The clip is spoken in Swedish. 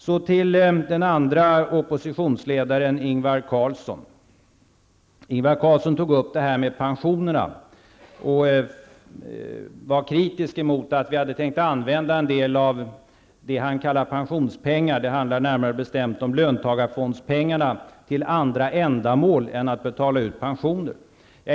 Så till den andra oppositionsledaren, Ingvar Han var kritisk mot att vi hade tänkt använda en del av det han kallar pensionspengar till andra ändamål än att betala ut pensioner -- det handlar närmare bestämt om löntagarfondspengarna.